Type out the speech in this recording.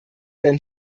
dann